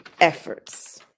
efforts